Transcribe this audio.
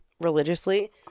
religiously